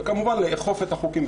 וכמובן לאכוף את החוקים.